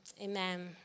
amen